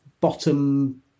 bottom